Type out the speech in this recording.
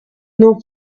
new